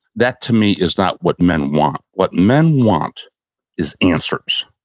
that, to me, is not what men want. what men want is answers.